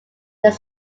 their